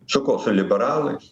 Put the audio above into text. su kuo su liberalais